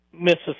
Mississippi